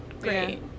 great